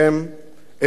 את ילדיהם?